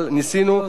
ולכן,